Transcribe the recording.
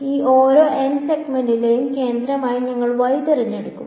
ഈ ഓരോ n സെഗ്മെന്റിന്റെയും കേന്ദ്രമായി ഞങ്ങൾ y തിരഞ്ഞെടുക്കും